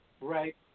right